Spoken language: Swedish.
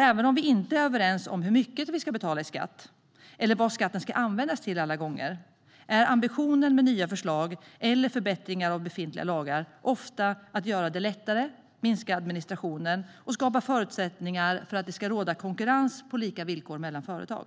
Även om vi inte är överens om hur mycket skatt vi ska betala eller vad skatten ska användas till alla gånger är ambitionen med nya förslag eller förbättringar av befintliga lagar ofta att göra det lättare, minska administrationen och skapa förutsättningar för att det ska råda konkurrens på lika villkor mellan företag.